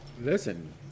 Listen